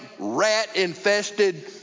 rat-infested